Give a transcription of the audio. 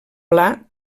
pla